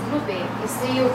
grupėj jisai jau